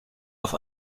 auf